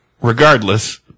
Regardless